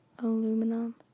Aluminum